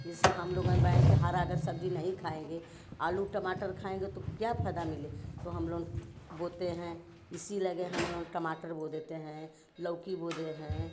जैसे हम लोगन बैं कि हरा अगर सब्जी नहीं खाएँगे आलू टमाटर खाएँगे तो क्या फायदा मिले तो हम लोन बोते हैं इसी लगे हम लोन टमाटर बो देते हैं लौकी बो देहें